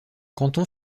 canton